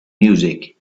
music